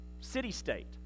city-state